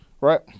Right